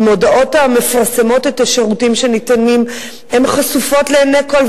המודעות המפרסמות את השירותים שניתנים הן חשופות לעיני כול,